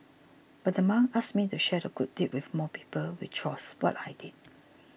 but the monk asked me to share the good deed with more people which was what I did